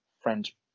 French